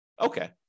Okay